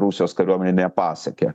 rusijos kariuomenė nepasiekė